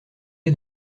est